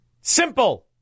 simple